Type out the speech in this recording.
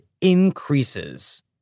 increases